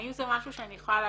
האם זה משהו שאני יכולה לעשות?